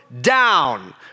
Down